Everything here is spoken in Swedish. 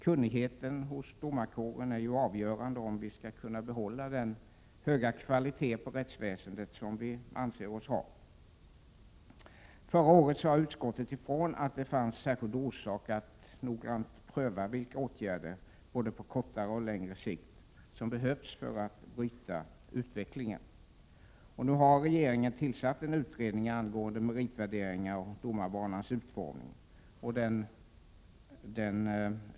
Kunnigheten hos domarkåren är ju avgörande för om vi skall kunna behålla den höga kvalitet på rättsväsendet som vi anser oss ha. Förra året sade utskottet ifrån att det fanns särskild orsak att noggrant pröva vilka åtgärder — både på kortare och längre sikt — som behövs för att bryta utvecklingen, och nu har regeringen tillsatt en utredning angående meritvärderingar och domarbanans utformning.